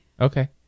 Okay